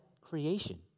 creation